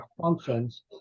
functions